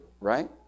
right